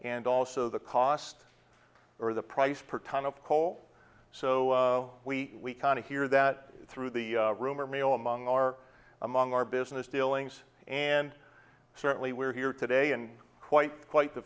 and also the cost or the price per ton of coal so we can hear that through the rumor mill among our among our business dealings and certainly we're here today and quite quite the